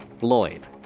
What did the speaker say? lloyd